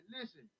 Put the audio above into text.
listen